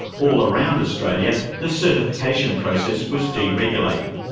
all around australia, the certification process was deregulated.